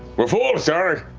we're full, sorry.